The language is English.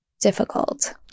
difficult